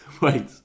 Wait